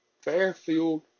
Fairfield